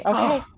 Okay